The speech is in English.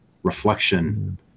reflection